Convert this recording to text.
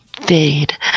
fade